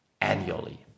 annually